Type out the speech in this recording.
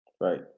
right